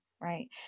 Right